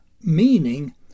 meaning